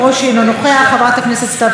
חבר הכנסת איתן ברושי,